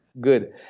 good